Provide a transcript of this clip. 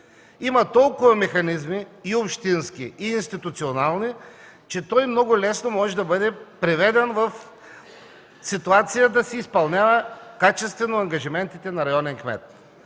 Има толкова механизми – и общински, и институционални, че той много лесно може да бъде приведен в ситуация да изпълнява качествено ангажиментите си на районен кмет.